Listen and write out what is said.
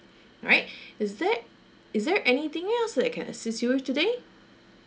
alright is there is there anything else that I can assist you today